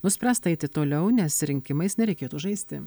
nuspręsta eiti toliau nes rinkimais nereikėtų žaisti